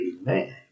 amen